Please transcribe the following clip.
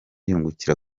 yungukira